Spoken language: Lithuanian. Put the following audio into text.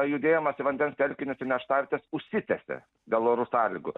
judėjimas į vandens telkinius ir nerštavietes užsitęsia dėl orų sąlygų